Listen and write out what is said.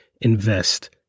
invest